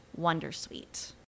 Wondersuite